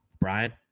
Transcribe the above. Brian